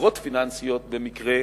בחברות פיננסיות במקרה